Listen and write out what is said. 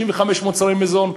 35 מוצרי מזון,